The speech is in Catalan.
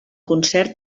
concert